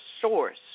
source